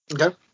Okay